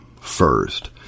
First